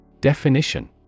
Definition